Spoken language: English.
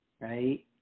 Right